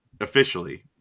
officially